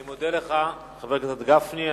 אני מודה לך, חבר הכנסת גפני.